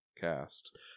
cast